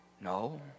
No